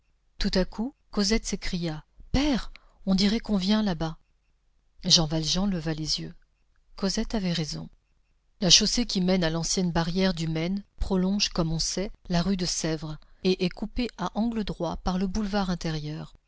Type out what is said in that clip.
tout à coup cosette s'écria père on dirait qu'on vient là-bas jean valjean leva les yeux cosette avait raison la chaussée qui mène à l'ancienne barrière du maine prolonge comme on sait la rue de sèvres et est coupée à angle droit par le boulevard intérieur